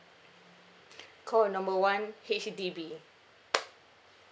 call number one H_D_B